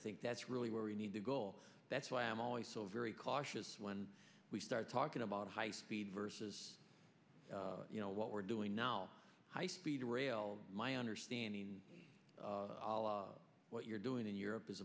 think that's really where we need to goal that's why i'm always so very cautious when we start talking about high speed versus you know what we're doing now high speed rail my understanding what you're doing in europe is